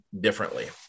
differently